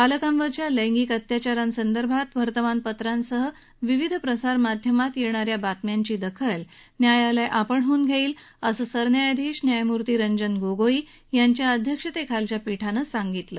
बालकांवरच्या लैंगिक अत्याचारांसंदर्भात वर्तमानपत्रांसह विविध प्रसारमाध्यमात येणाऱ्या बातम्यांची दखल न्यायालय स्वतःडून घेईल असं सरन्यायाधीश रंजन गोगोई यांच्या अध्यक्षतेखालील पीठानं सांगितलं